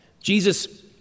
Jesus